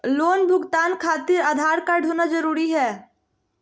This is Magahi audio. लोन भुगतान खातिर आधार कार्ड होना जरूरी है?